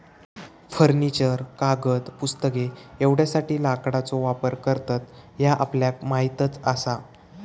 furniture, कागद, पुस्तके एवढ्यासाठी लाकडाचो वापर करतत ह्या आपल्याक माहीतच आसा